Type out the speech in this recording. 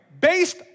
Based